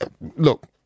Look